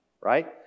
right